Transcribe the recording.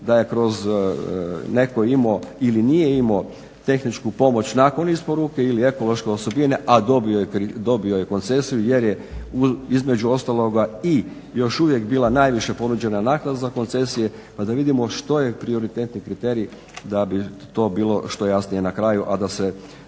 da je kroz, netko imao ili nije imao tehničku pomoć nakon isporuke ili ekološke osobine, a dobio je koncesiju jer je između ostaloga i još uvijek bila najviša ponuđena naknada za koncesije, pa da vidimo što je prioritetni kriterij da bi to bilo što jasnije na kraju, a da se,